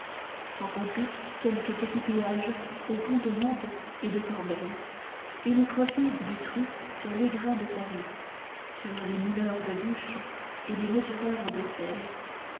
sans compter quelque petit péage au pont de mantes et de corbeil et les profits du tru sur l'esgrin de paris sur les mouleurs de bûches et les mesureurs de sel